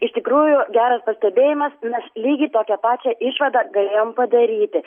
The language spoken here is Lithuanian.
iš tikrųjų geras pastebėjimas mes lygiai tokią pačią išvadą galėjom padaryti